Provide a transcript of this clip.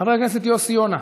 חבר הכנסת יוסי יונה,